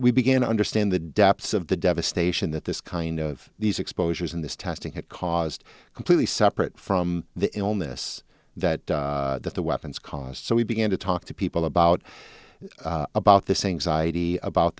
we began to understand the depths of the devastation that this kind of these exposures in this testing had caused completely separate from the illness that that the weapons cost so we began to talk to people about about the